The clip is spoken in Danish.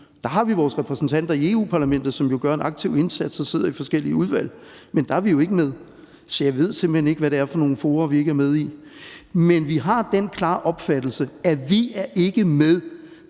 Der har vi vores repræsentanter i Europa-Parlamentet, som jo gør en aktiv indsats og sidder i forskellige udvalg, men der er vi jo ikke med. Så jeg ved simpelt hen ikke, hvad det er for nogle fora, vi ikke er med i. Men vi har den klare opfattelse, at vi ikke er